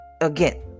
Again